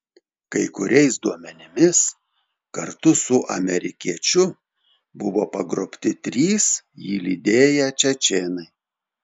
kai kuriais duomenimis kartu su amerikiečiu buvo pagrobti trys jį lydėję čečėnai